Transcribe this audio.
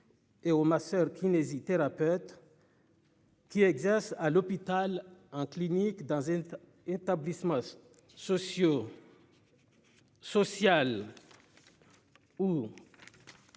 Hé ho masseur kinésithérapeute. Qui exerce à l'hôpital en clinique dans un établissement socio. Social.